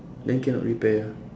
then cannot repair ah